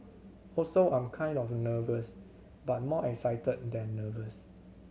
also I'm kind of nervous but more excited than nervous